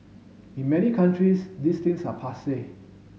in many countries these things are passe